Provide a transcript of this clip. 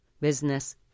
business